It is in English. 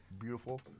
beautiful